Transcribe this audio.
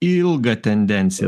ilgą tendenciją